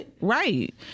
Right